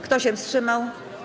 Kto się wstrzymał?